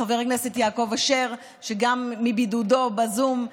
לחבר הכנסת יעקב אשר, שגם מבידודו, בזום,